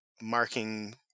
marking